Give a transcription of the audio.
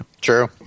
True